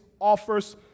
offers